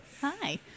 Hi